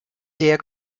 sehr